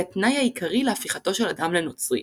התנאי העיקרי להפיכתו של אדם לנוצרי.